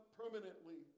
permanently